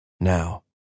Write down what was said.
now